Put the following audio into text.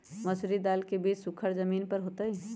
मसूरी दाल के बीज सुखर जमीन पर होतई?